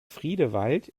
friedewald